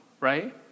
right